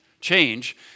change